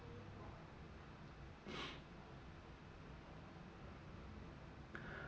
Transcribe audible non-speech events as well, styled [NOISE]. [NOISE]